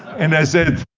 and i said,